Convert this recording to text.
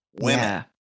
women